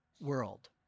world